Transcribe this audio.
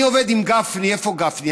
אני עובד עם גפני, איפה גפני?